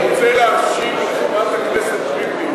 אתה רוצה להאשים את חברת הכנסת לבני,